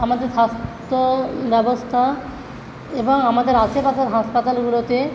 আমাদের স্বাস্থ্য ব্যবস্থা এবং আমাদের আসে পাশের হাসপাতালগুলোতে